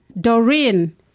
Doreen